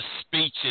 speeches